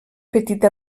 petita